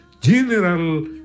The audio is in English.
General